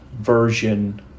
version